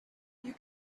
you